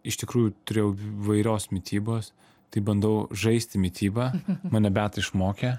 iš tikrųjų turėjau įvairios mitybos tai bandau žaisti mitybą mane beata išmokė